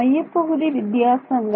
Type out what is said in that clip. மையப்பகுதி வித்தியாசங்களை